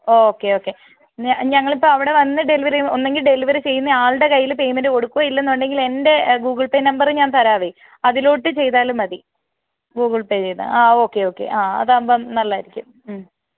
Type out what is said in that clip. okay okay ഞാൻ ഞങ്ങളിപ്പോൾ അവിടെ വന്ന് ഡെലിവറി ഒന്നെങ്കിൽ ഡെലിവറി ചെയ്യുന്ന ആളുടെ കയ്യിൽ പെയ്മെൻ്റ് കൊടുക്കോ ഇല്ലെന്നുണ്ടെങ്കിൽ എൻ്റെ ഗൂഗിൾ പേ നമ്പറ് ഞാൻ തരാവെ അതിലോട്ട് ചെയ്താലും മതി ഗൂഗിൾ പേ ചെയ്ത് ആ ഓക്കേ ഓക്കേ ആ അതാകുമ്പം നല്ലതായിരിക്കും